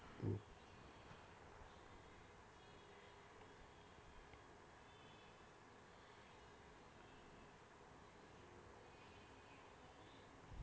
mm